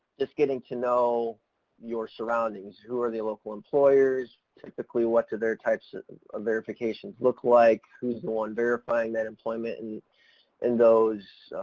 just getting to know your surroundings who are the local employers, typically what do their types of verifications look like, who's the one verifying that employment, and in those,